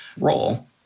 role